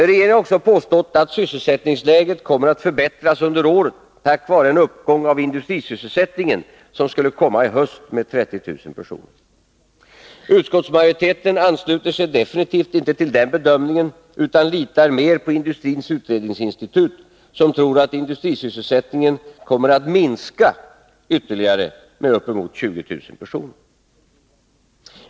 Regeringen har också påstått att sysselsättningsläget kommer att förbättras under året tack vare en uppgång av industrisysselsättningen som skulle komma i höst med 30000 personer. Utskottsmajoriteten ansluter sig definitivt inte till den bedömningen utan litar mer på Industrins utredningsinstitut, som tror att industrisysselsättningen kommer att minska ytterligare med uppemot 20 000 personer.